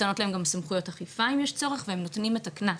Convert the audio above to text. ניתנות להם גם סמכויות אכיפה אם יש צורך והם נותנים את הקנס,